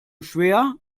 schwer